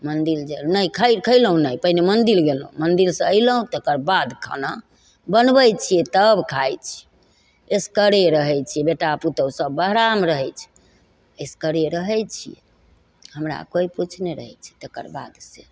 मन्दिर नहि खयलहुँ नहि पहिने मन्दिर गेलहुँ मन्दिरसँ ऐलहुँ तकरबाद खाना बनबय छियै तब खाइ छियै एसगरे रहय छियै बेटा पुतहु सब बहरामे रहय छै एसगरे रहय छी हमरा कोइ पूछने रहय छै तकरबाद से